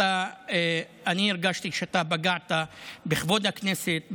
אני הרגשתי שאתה פגעת בכבוד הכנסת,